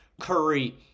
Curry